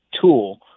tool